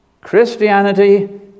Christianity